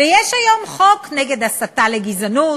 ויש היום חוק נגד הסתה לגזענות,